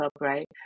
right